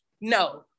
no